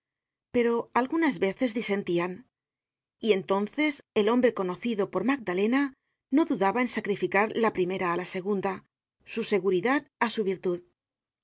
pero algunas veces disentían y entonces el hombre conocido por magdalena no dudaba en sacrificar la primera á la segunda su seguridad á su virtud